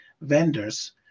vendors